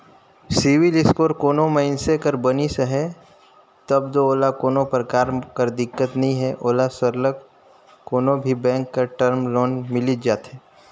CIBIL score कोनो मइनसे कर बनिस अहे तब दो ओला कोनो परकार कर दिक्कत नी हे ओला सरलग कोनो भी बेंक कर टर्म लोन मिलिच जाथे